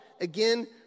again